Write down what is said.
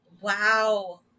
Wow